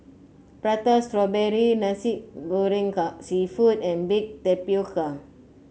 Prata Strawberry Nasi Goreng seafood and Baked Tapioca